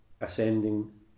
ascending